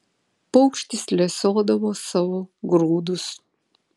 paukštis lesiodavo savo grūdus